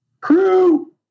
Crew